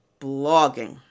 blogging